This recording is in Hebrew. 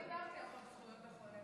לא דיברתי על חוק זכויות החולה.